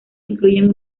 incluyen